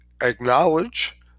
acknowledge